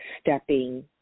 stepping